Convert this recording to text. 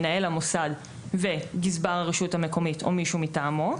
מנהל המוסד וגזבר הרשות המקומית או מישהו מטעמו,